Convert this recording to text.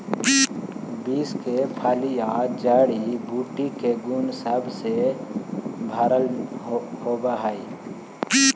beans के फलियां जड़ी बूटी के गुण सब से भरल होब हई